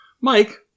Mike